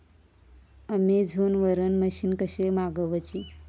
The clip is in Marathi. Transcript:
अमेझोन वरन मशीन कशी मागवची?